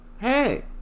hey